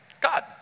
God